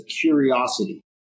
curiosity